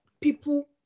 people